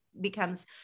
becomes